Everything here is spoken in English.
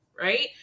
right